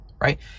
right